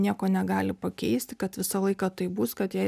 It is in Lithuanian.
nieko negali pakeisti kad visą laiką taip bus kad jai